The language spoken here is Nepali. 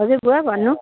हजुर बुवा भन्नु